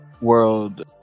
world